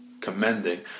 commending